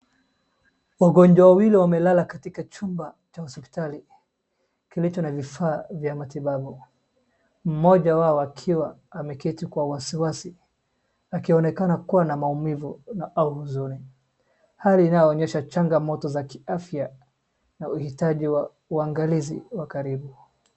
Wagonjwa wawili wamelala katika chumba cha hospitali kilicho na vifaa vya matibabu. Mmoja wao akiwa ameketi kwa wasiwasi akionekana kuwa na maumivu au huzuni hali inayoonyesha changamoto za kiafya na uhitaji wa uangalizi wa karibu.